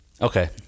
Okay